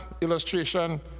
illustration